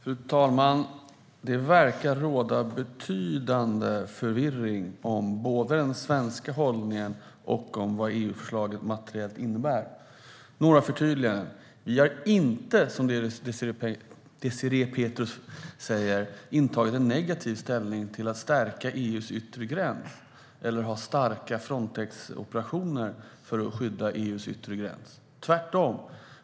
Fru talman! Det verkar råda en betydande förvirring om både den svenska hållningen och vad EU-förslaget materiellt innebär. Några förtydliganden: Vi har inte, som Désirée Pethrus säger, intagit en negativ ställning till att stärka EU:s yttre gräns eller att ha starka Frontexoperationer för att skydda EU:s yttre gräns - tvärtom.